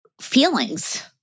feelings